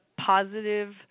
positive